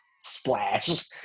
Splash